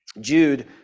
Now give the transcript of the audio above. jude